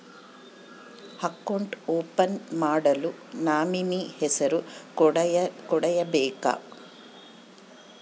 Account open ಮಾಡಲು nominee ಹೆಸರು ಕಡ್ಡಾಯವಾಗಿ ಕೊಡಬೇಕಾ?